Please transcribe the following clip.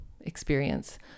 experience